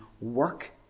work